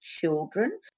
children